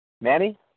Manny